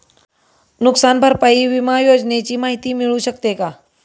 नुकसान भरपाई विमा योजनेची माहिती मिळू शकते का?